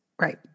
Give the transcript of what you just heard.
Right